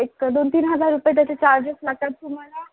एक दोन तीन हजार रुपये त्याचे चार्जेस लागतात तुम्हाला